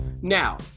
Now